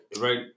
Right